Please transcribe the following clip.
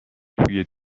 توی